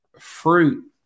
fruit